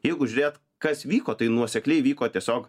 jeigu žiūrėt kas vyko tai nuosekliai vyko tiesiog